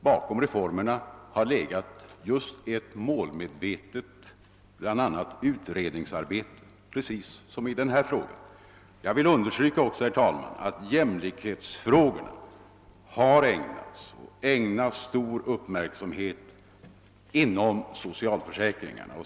Bakom reformerna har i stor utsträckning legat just ett målmedvetet utredningsarbete, precis som i denna fråga. Jag vill också understryka, herr talman, att jämlikhetsfrågan har ägnats och ägnas stor uppmärksamhet inom socialförsäkringarna.